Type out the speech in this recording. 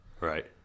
Right